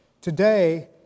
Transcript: today